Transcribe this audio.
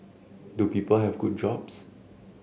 do people have good jobs